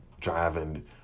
driving